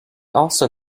also